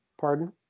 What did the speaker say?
pardon